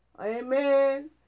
Amen